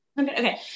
Okay